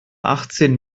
achtzehn